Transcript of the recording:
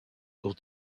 will